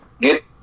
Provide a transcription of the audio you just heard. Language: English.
get